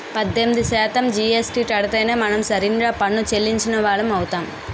పద్దెనిమిది శాతం జీఎస్టీ కడితేనే మనం సరిగ్గా పన్ను చెల్లించిన వాళ్లం అవుతాం